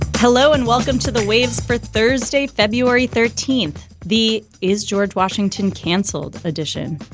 hello and welcome to the waves for thursday, february thirteenth. the is george washington canceled edition.